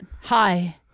hi